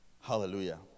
Hallelujah